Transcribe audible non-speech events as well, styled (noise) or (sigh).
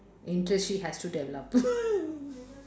interest she has to develop (laughs)